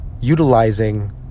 utilizing